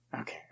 Okay